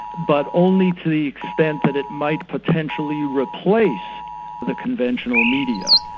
but only to the extent that it might potentially replace the conventional media.